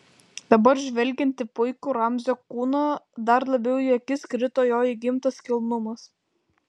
dabar žvelgiant į puikų ramzio kūną dar labiau į akis krito jo įgimtas kilnumas